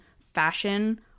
fashion